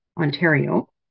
Ontario